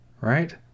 right